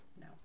No